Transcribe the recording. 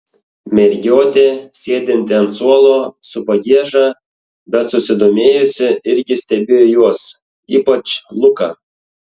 mergiotė sėdinti ant suolo su pagieža bet susidomėjusi irgi stebėjo juos ypač luką